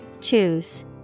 Choose